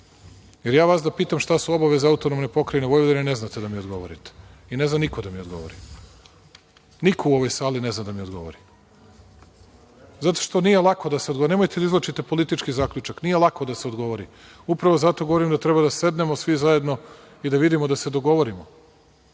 Da vas pitam, šta su obaveze AP Vojvodine ne znate da mi odgovorite i ne zna niko da mi odgovori. Niko u ovoj sali ne zna da mi odgovori. Zato što nije lako da se odgovori. Nemojte da izvlačite politički zaključak, nije lako da se odgovori. Upravo zato govorim da treba da sednemo svi zajedno i da vidimo da se dogovorimo.